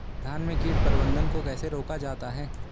धान में कीट प्रबंधन को कैसे रोका जाता है?